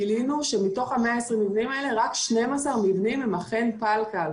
גילינו שמתוך ה-120 מבנים רק 12 מבנים הם אכן פלקל.